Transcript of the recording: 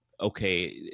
okay